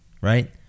right